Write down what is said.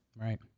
Right